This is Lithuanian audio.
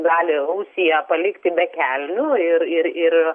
gali rusiją palikti be kelnių ir ir ir